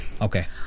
Okay